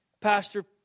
Pastor